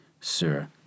Sir